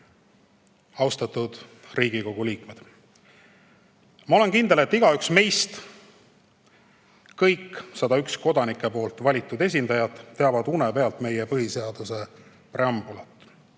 Riigikogu liikmed! Ma olen kindel, et igaüks meist, kõik me 101 kodanike valitud esindajat, teame une pealt meie põhiseaduse preambulit.